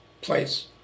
place